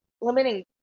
limiting